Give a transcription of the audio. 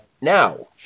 now